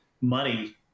money